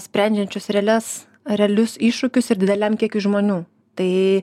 sprendžiančius realias realius iššūkius ir dideliam kiekiui žmonių tai